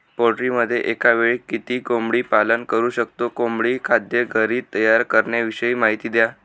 पोल्ट्रीमध्ये एकावेळी किती कोंबडी पालन करु शकतो? कोंबडी खाद्य घरी तयार करण्याविषयी माहिती द्या